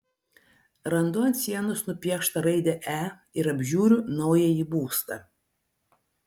randu ant sienos nupieštą raidę e ir apžiūriu naująjį būstą